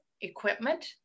equipment